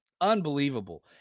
Unbelievable